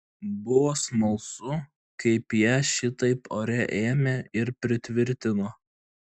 buvo smalsu kaip ją šitaip ore ėmė ir pritvirtino